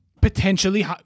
potentially